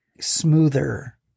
smoother